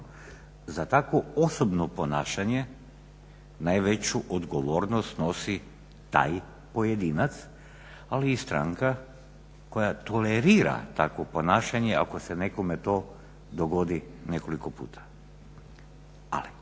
Za tako osobno ponašanje najveću odgovornost snosi taj pojedinac ali i stranka koja tolerira takvo ponašanje ako se nekome to dogodi nekoliko puta. Ali